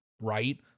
right